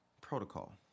protocol